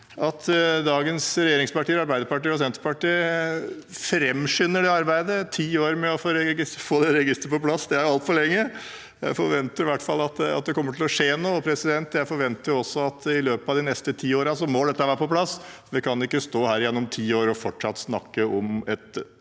dagens regjeringspartier, Arbeiderpartiet og Senterpartiet, framskynder det arbeidet. Ti år for å få det registeret på plass er altfor lenge. Jeg forventer i hvert fall at det kommer til å skje noe, og jeg forventer også at dette må være på plass i løpet av de neste ti årene. Vi kan ikke stå her igjen om ti år og fortsatt snakke om et